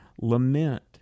lament